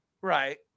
right